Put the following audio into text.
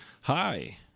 hi